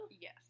Yes